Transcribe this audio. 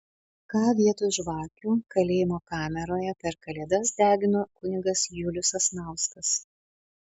ką vietoj žvakių kalėjimo kameroje per kalėdas degino kunigas julius sasnauskas